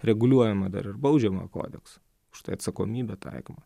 reguliuojama dar ir baudžiamojo kodekso už tai atsakomybė taikoma